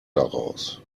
daraus